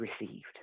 received